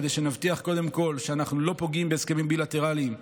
כדי שנבטיח קודם כול שאנחנו לא פוגעים בהסכמים בילטרליים קיימים,